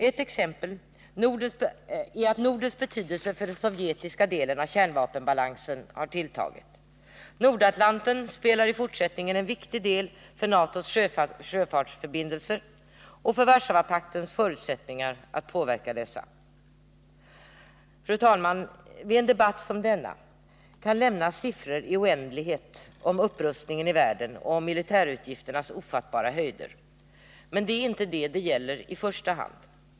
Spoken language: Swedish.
Ett exempel är att Nordens betydelse för den sovjetiska delen av kärnvapenbalansen har tilltagit. Nordatlanten spelar i fortsättningen en viktig roll för NATO:s sjöförbindelser och för Warszawapaktens förutsättningar att påverka dessa. Fru talman! Vid en debatt som denna kan lämnas siffror i oändlighet om upprustningen i världen och om militärutgifternas ofattbara höjder, men det är inte det frågan gäller i första hand.